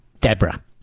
Deborah